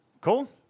Cool